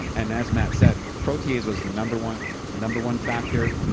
um and as matt said protease was the number one number one factor,